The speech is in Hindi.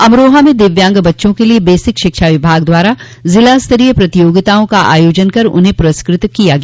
अमरोहा में दिव्यांग बच्चों के लिये बेसिक शिक्षा विभाग द्वारा जिलास्तरीय प्रतियोगिताओं का आयोजन कर उन्हें पुरस्कृत किया गया